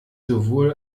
sowohl